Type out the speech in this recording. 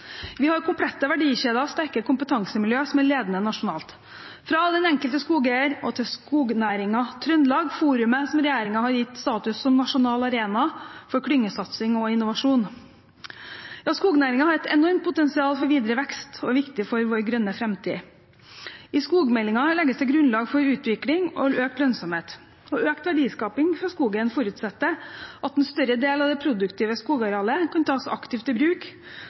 Vi har komplette verdikjeder og sterke kompetansemiljø som er ledende nasjonalt, fra den enkelte skogeier til Skognæringa Trøndelag, forumet som regjeringen har gitt status som nasjonal Arena for klyngesatsing og innovasjon. Skognæringen har et enormt potensial for videre vekst og er viktig for vår grønne framtid. I skogmeldingen legges det grunnlag for utvikling og økt lønnsomhet. For økt verdiskaping fra skogen forutsetter at en større del av det produktive skogarealet kan tas aktivt i bruk